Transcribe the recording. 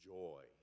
joy